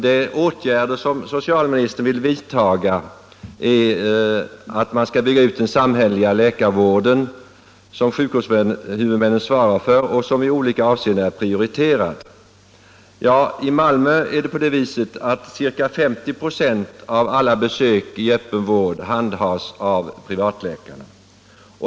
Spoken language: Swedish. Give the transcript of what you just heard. De åtgärder socialministern vill vidta är att bygga ut ”den samhälleliga läkarvård som sjukvårdshuvudmännen svarar för och som i olika avseenden är prioriterad”. I Malmö handhas ca 50 96 av alla besök i öppen vård av privatläkarna.